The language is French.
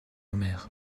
mère